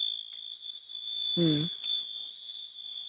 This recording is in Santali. ᱦᱮᱸ